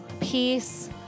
Peace